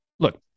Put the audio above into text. Look